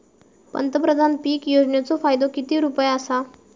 पंतप्रधान पीक योजनेचो फायदो किती रुपये आसा?